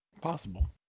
Possible